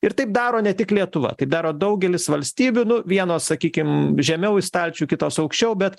ir taip daro ne tik lietuva taip daro daugelis valstybių nu vienos sakykim žemiau į stalčių kitos aukščiau bet